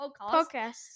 podcast